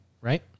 right